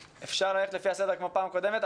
אפשר ללכת לפי הסדר כמו בפעם הקודמת,